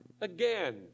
again